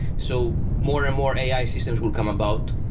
so more and more ai systems will come about.